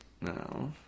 No